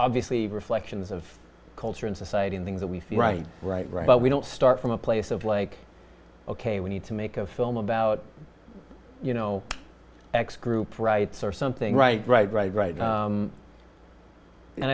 obviously reflections of culture in society and things that we see right right right but we don't start from a place of like ok we need to make a film about you know x group rights or something right right right right